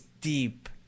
deep